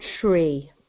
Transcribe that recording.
tree